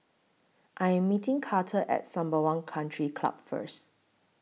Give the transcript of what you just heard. I Am meeting Karter At Sembawang Country Club First